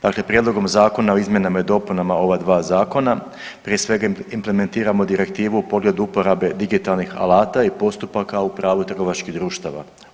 Dakle, prijedlogom zakona o izmjenama i dopunama ova 2 zakona prije svega implementiramo direktivu u pogledu uporabe digitalnih alata i postupaka u pravu trgovačkih društava.